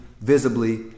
visibly